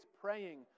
praying